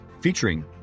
featuring